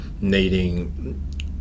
needing